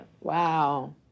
Wow